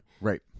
Right